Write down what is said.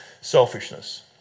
selfishness